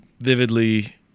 vividly